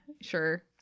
Sure